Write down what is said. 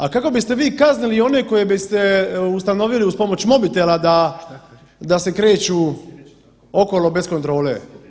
A kako biste vi kaznili one koje biste ustanovili uz pomoć mobitela da se kreću okolo bez kontrole?